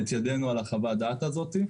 ידנו על חוות הדעת הזאת.